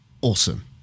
awesome